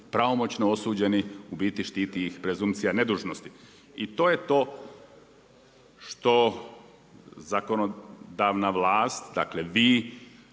pravomoćno osuđeni u biti štiti ih presumpcija nedužnosti. I to je to što zakonodavna vlast, dakle vi,